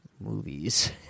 Movies